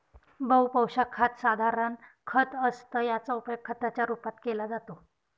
बहु पोशाखात साधारण खत असतं याचा उपयोग खताच्या रूपात केला जातो